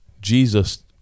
Jesus